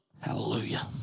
Hallelujah